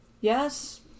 Yes